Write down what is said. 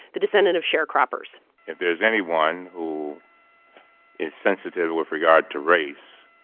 the descendant of sharecroppers if there is anyone who is sensitive with regard to race,